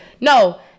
No